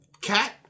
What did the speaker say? cat